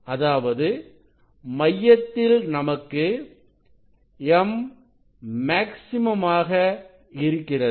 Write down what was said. அதாவது மையத்தில் நமக்கு m மேக்ஸிமம் ஆக இருக்கிறது